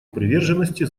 приверженности